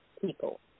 people